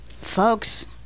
Folks